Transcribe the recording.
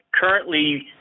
currently